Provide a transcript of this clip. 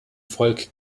volk